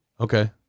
Okay